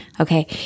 Okay